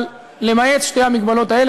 של חיילי צה"ל,